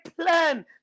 plan